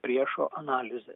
priešo analizė